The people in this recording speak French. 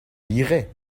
liraient